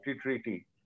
treaty